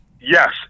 Yes